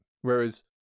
Whereas